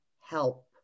help